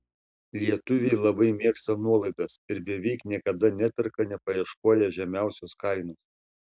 lietuviai labai mėgsta nuolaidas ir beveik niekada neperka nepaieškoję žemiausios kainos